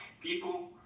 People